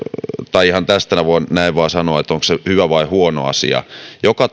ihan tästä näin vain sanoa onko se hyvä vai huono asia joka